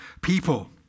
people